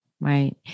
Right